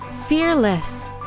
Fearless